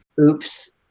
Oops